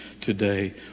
today